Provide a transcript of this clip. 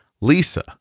Lisa